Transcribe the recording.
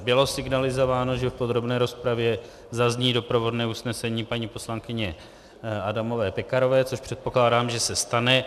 Bylo signalizováno, že v podrobné rozpravě zazní doprovodné usnesení paní poslankyně Adamové Pekarové, což předpokládám, že se stane.